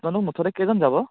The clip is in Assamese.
আপোনালোক মুঠতে কেইজন যাব